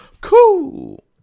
Cool